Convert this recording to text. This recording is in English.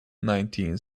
nineteen